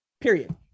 period